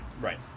Right